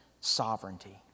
sovereignty